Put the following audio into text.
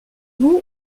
vous